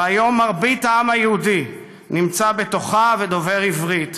והיום מרבית העם היהודי נמצא בתוכה ודובר עברית.